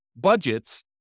budgets